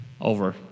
Over